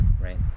right